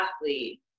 athlete